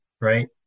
right